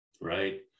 right